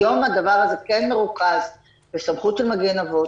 היום הדבר הזה כן מרוכז בסמכות של "מגן אבות",